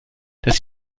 dass